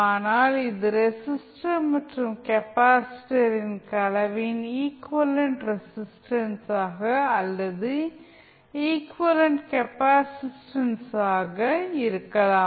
ஆனால் இது ரெசிஸ்டர் மற்றும் கெப்பாசிட்டரின் கலவையின் ஈகுவலன்ட் ரெசிஸ்டன்ஸ் ஆக அல்லது ஈகுவலன்ட் கெப்பாசிடன்ஸ் ஆக இருக்கலாம்